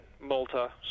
Malta